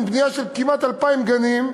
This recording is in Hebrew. עם בנייה של כמעט 2,000 גנים,